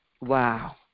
Wow